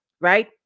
right